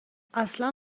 اصلا